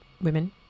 women